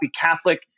Catholic